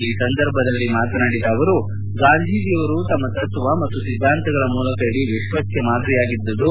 ಈ ಸಂದರ್ಭದಲ್ಲಿ ಮಾತನಾಡಿದ ಅವರು ಗಾಂಧಿಜಿಯವರು ತಮ್ಮ ತತ್ವ ಮತ್ತು ಸಿದ್ಧಾಂತಗಳ ಮೂಲಕ ಇಡೀ ವಿಶ್ವಕ್ಕೇ ಮಾದರಿಯಾಗಿದ್ದು